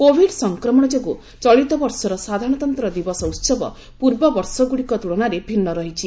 Covid ସଫକ୍ରମଣ ଯୋଗୁଁ ଚଳିତ ବର୍ଷର ସାଧାରଣତନ୍ତ୍ର ଦିବସ ଉହବ ପୂର୍ବବର୍ଷ ଗୁଡ଼ିକ ତ୍କୁଳନାରେ ଭିନ୍ନ ରହିଛି